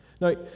Now